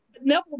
Neville